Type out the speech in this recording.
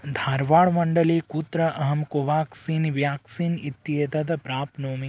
धार्वाड् मण्डले कुत्र अहं कोवाक्सिन् व्याक्सीन् इत्येतत् प्राप्नोमि